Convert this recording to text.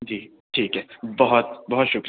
جی ٹھیک ہے بہت بہت شُکر